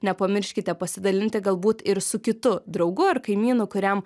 nepamirškite pasidalinti galbūt ir su kitu draugu ar kaimynu kuriam